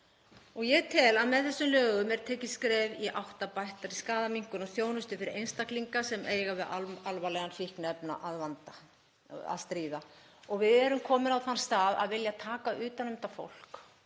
Ég tel að með þessum lögum sé tekið skref í átt að bættri skaðaminnkun og þjónustu fyrir einstaklinga sem eiga við alvarlegan fíkniefnavanda að stríða. Við erum komin á þann stað að vilja taka utan um þetta fólk.